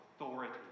authority